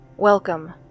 Welcome